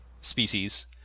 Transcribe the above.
species